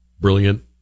brilliant